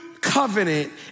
Covenant